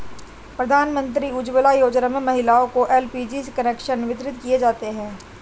प्रधानमंत्री उज्ज्वला योजना में महिलाओं को एल.पी.जी कनेक्शन वितरित किये जाते है